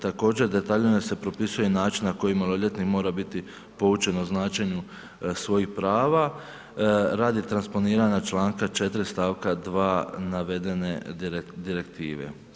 Također detaljnije se propisuje i način na koji maloljetnik mora biti poučen o značenju svojih prava radi transponiranja članka 4. stavka 2. navedene Direktive.